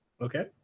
Okay